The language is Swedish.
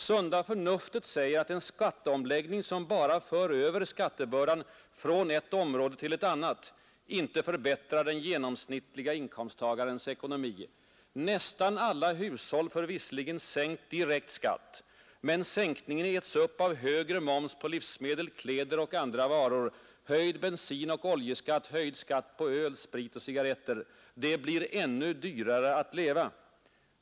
Sunda förnuftet säger att en skatteomläggning som bara för över skattebördan från ett område till ett annat inte förbättrar den genomsnittliga inkomsttagarens ekonomi. Nästan alla hushåll får visserligen sänkt direkt skatt, men sänkningen äts upp av högre moms på livsmedel, kläder och andra varor, höjd bensinoch oljeskatt, höjd skatt på öl, sprit och cigarretter. Det blir ännu dyrare att leva.